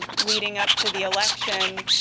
leading up to the election.